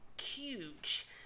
huge